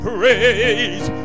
Praise